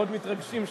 מאוד מתרגשים שם.